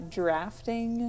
drafting